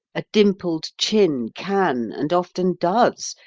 a dimpled chin can, and often does,